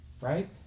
Right